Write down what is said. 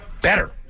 better